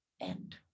end